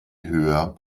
höher